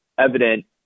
evident